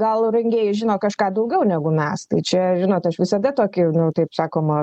gal rengėjai žino kažką daugiau negu mes tai čia žinot aš visada tokį nu taip sakoma